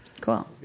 cool